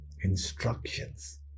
Instructions